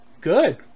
good